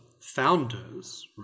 founders